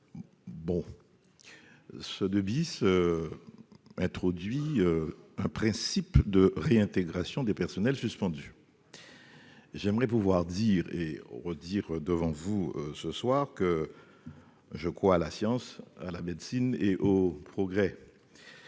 bon ce de bis introduit un principe de réintégration des personnels suspendu, j'aimerais pouvoir dire et redire devant vous ce soir que je crois à la science à la médecine et au progrès